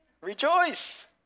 Rejoice